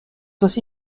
aussi